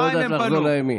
היא לא יודעת לחזור לימין.